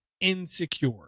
insecure